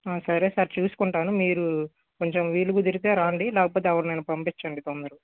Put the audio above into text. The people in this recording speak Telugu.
ఆ సరే సార్ చూసుకుంటాను మీరు కొంచం వీలు కుదిరితే రండి లేకపోతే ఎవర్నైనా పంపించండి తొందరగా